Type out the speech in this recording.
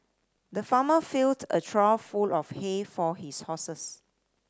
the farmer filled a trough full of hay for his horses